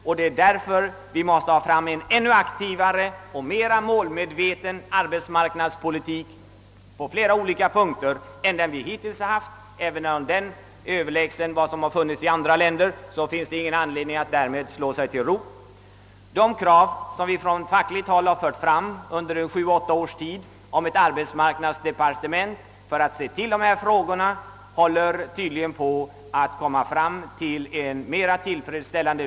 Därför måste vi föra en ännu mera aktiv och målmedveten arbetsmarknadspolitik än den vi hittills haft. även om den har varit överlägsen vad som funnits i andra länder finns det ingen anledning att slå sig till ro med det. Från fackligt håll har vi under sju— åtta års tid krävt inrättandet av ett arbetsmarknadsdepartement, som skulle handha sådana frågor som jag här berört. Det kravet håller nu på att uppfyllas.